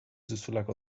duzulako